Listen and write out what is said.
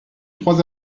trois